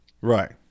right